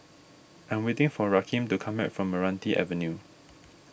I am waiting for Rakeem to come back from Meranti Avenue